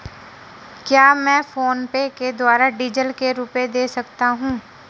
क्या मैं फोनपे के द्वारा डीज़ल के रुपए दे सकता हूं?